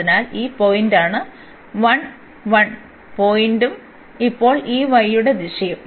അതിനാൽ ഈ പോയിന്റാണ് 11 പോയിന്റും ഇപ്പോൾ ഈ y യുടെ ദിശയും